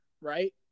right